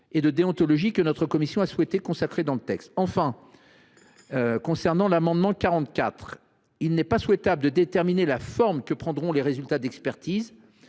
et de déontologie, que notre commission a souhaité consacrer dans le texte. Enfin, pour ce qui concerne l’amendement n° 44, il n’est pas souhaitable de déterminer la forme que prendront les résultats d’expertise,